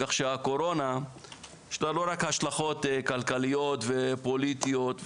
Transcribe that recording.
כך שהקורונה יש לה לא רק השלכות כלכליות ופוליטיות,